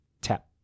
tap